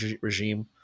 regime